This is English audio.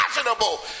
imaginable